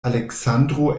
aleksandro